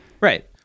Right